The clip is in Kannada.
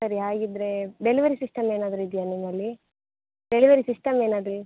ಸರಿ ಹಾಗಿದ್ದರೆ ಡೆಲಿವರಿ ಸಿಸ್ಟಮ್ ಏನಾದರೂ ಇದೆಯಾ ನಿಮ್ಮಲ್ಲಿ ಡೆಲಿವರಿ ಸಿಸ್ಟಮ್ ಏನಾದರೂ